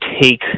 take